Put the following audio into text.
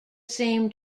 same